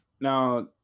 now